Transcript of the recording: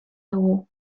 dugu